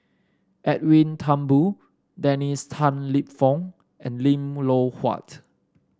Edwin Thumboo Dennis Tan Lip Fong and Lim Loh Huat